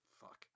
Fuck